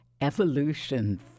evolution